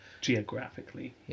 geographically